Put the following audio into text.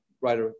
right